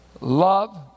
love